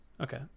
Okay